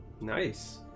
Nice